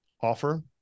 offer